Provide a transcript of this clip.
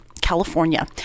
California